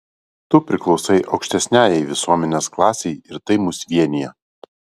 tu priklausai aukštesniajai visuomenės klasei ir tai mus vienija